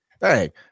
Hey